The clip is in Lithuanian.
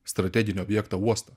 strateginį objektą uostą